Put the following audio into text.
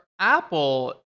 Apple